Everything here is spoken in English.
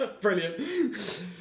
brilliant